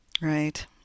right